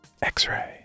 X-Ray